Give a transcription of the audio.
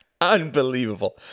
Unbelievable